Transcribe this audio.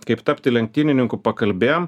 kaip tapti lenktynininku pakalbėjom